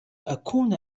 أكون